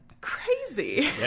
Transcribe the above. crazy